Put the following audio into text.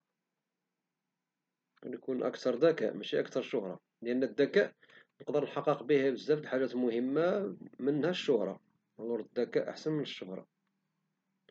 نكون أكثر ذكاء ماشي أكثر شهرة لأن الذكاء ممكن نقدر نحقق به بزاف د الحاجات مهمة منها الشهرة، ألور الذكاء أهم من الشهرة.